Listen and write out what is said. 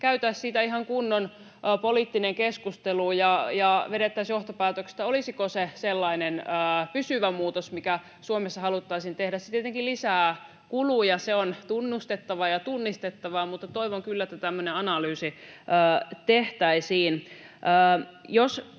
käytäisiin siitä ihan kunnon poliittinen keskustelu ja vedettäisiin johtopäätökset, olisiko se sellainen pysyvä muutos, mikä Suomessa haluttaisiin tehdä. Se tietenkin lisää kuluja, mikä on tunnustettava ja tunnistettava, mutta toivon kyllä, että tämmöinen analyysi tehtäisiin.